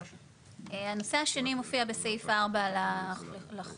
טוב, הנושא השני מופיע בסעיף (4) לחוק.